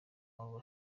abo